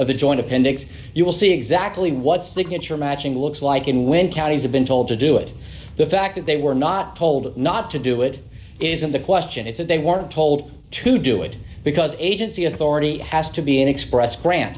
of the joint appendix you will see exactly what signature matching looks like in when counties have been told to do it the fact that they were not told not to do it isn't the question it's that they weren't told to do it because agency authority has to be an express grant